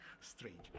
strange